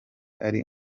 ari